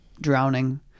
drowning